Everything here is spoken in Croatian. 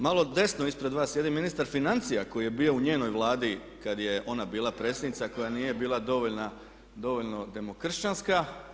Malo desno ispred vas sjedi ministar financija koji je bio u njenoj Vladi kad je ona bila predsjednica koja nije bila dovoljno demokršćanska.